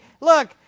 look